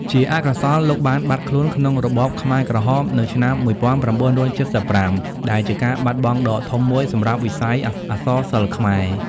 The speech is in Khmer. ជាអកុសល លោកបានបាត់ខ្លួនក្នុងរបបខ្មែរក្រហមនៅឆ្នាំ ១៩៧៥ ដែលជាការបាត់បង់ដ៏ធំមួយសម្រាប់វិស័យអក្សរសិល្ប៍ខ្មែរ។